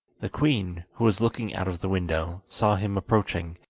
the queen, who was looking out of the window, saw him approaching,